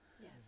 yes